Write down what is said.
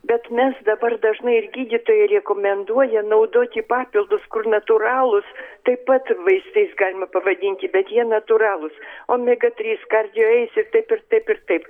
bet mes dabar dažnai ir gydytojai rekomenduoja naudoti papildus kur natūralūs taip pat vaistais galima pavadinti bet jie natūralūs omega trys kardijo eis ir taip ir taip ir taip